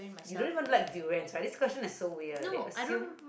you don't even like durians right this question is so weird they assume